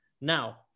Now